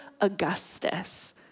Augustus